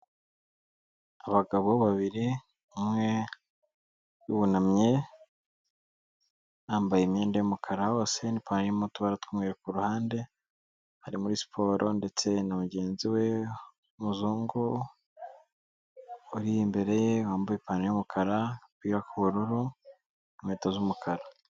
Abagabo babiri, umwe wunamye wambaye imyenda y'umukara hose n'ipantaro irimo utubara tw'umweru ku ruhande. Ari muri siporo ndetse na mugenzi w'umuzungu uri imbere ye wambaye ipantaro y'umukara, agapira k'ubururu n'inkweto z'umukara.